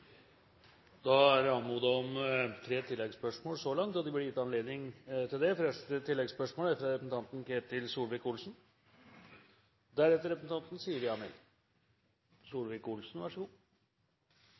er det anmodet om tre oppfølgingsspørsmål – så langt – og det blir gitt anledning til det. Første oppfølgingsspørsmål er fra representanten Ketil